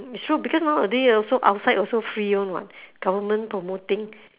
it's true because nowadays also outside also free [one] [what] government promoting